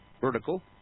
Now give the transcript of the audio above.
vertical